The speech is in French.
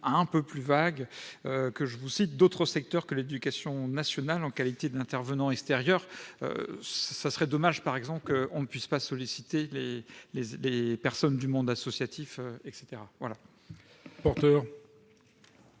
un peu plus vagues « d'autres secteurs que l'éducation nationale en qualité d'intervenants extérieurs ». Il serait dommage, par exemple, que l'on ne puisse pas solliciter les personnes du monde associatif.